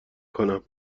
کنم